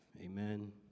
amen